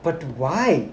but why